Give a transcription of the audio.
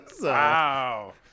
Wow